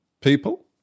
people